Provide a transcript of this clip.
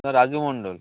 sir Raju Mondal